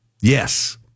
Yes